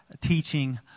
teaching